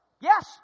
Yes